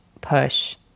push